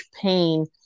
pain